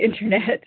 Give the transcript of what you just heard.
internet